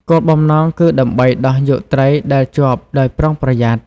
គោលបំណងគឺដើម្បីដោះយកត្រីដែលជាប់ដោយប្រុងប្រយ័ត្ន។